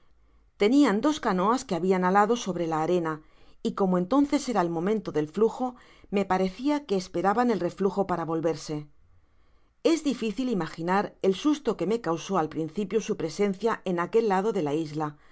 tecian dos eanoasque habian alado sobre la arena y como entonces era el momento del flujo me parecia que esperaban el reflujo para volverse jis difícil imaginar el susto que me causó al principio su presencia en aquel lado de la isla